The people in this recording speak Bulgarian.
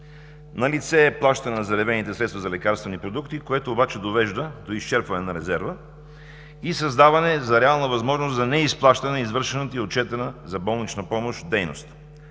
Налице е плащане на заделените средства за лекарствени продукти, което обаче довежда до изчерпване на резерва и създаване на реална възможност за неизплащане на извършената и отчетената за болнична помощ дейност.